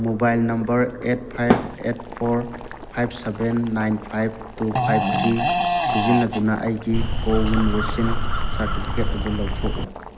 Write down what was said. mobile number eight five eight four five seven nine five two five three ꯁꯤꯖꯤꯟꯅꯗꯨꯅ ꯑꯩꯒꯤ CoWIN vaccine certificate ꯑꯗꯨ ꯂꯧꯊꯣꯛꯎ